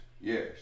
yes